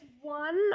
one